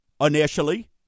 initially